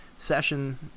session